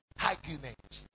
Argument